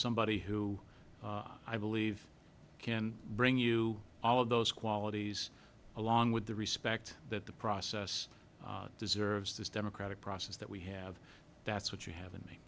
somebody who i believe can bring you all of those qualities along with the respect that the process deserves this democratic process that we have that's what you have in me